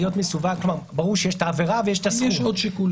ברור שיש את העבירה ויש --- יש עוד שיקולים.